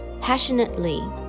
passionately